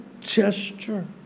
gesture